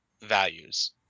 values